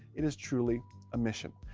it is truly a mission.